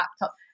laptop